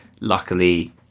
luckily